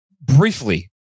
Briefly